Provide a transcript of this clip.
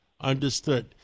understood